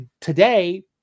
today